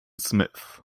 smith